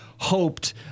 Hoped